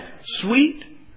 sweet